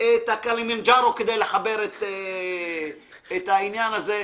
את הקילימנג'רו כדי לחבר את העניין הזה,